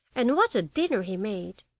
and what a dinner he made!